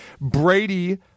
Brady